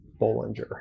bollinger